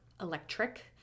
electric